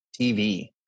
TV